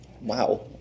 Wow